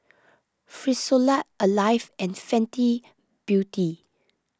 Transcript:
Frisolac Alive and Fenty Beauty